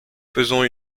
faisons